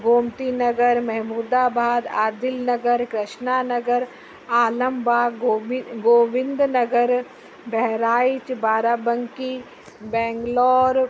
गोमती नगर महमूदाबाद आदिल नगर कृष्णा नगर आलमबाग गोबि गोविंद नगर बहराइच बाराबंकी बैंगलोर